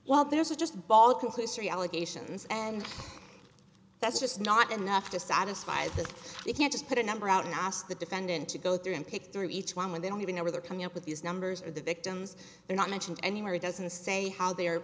well there is just ball conclusory allegations and that's just not enough to satisfy them you can't just put a number out and ask the defendant to go through and pick through each one when they don't even know where they're coming up with these numbers or the victims they're not mentioned anywhere it doesn't say how they're